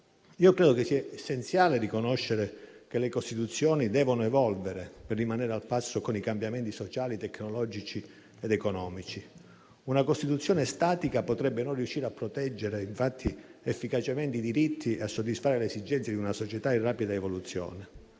credo sia essenziale riconoscere che le Costituzioni debbano evolvere per rimanere al passo con i cambiamenti sociali, tecnologici ed economici. Una Costituzione statica potrebbe non riuscire a proteggere, infatti, efficacemente i diritti e a soddisfare le esigenze di una società in rapida evoluzione.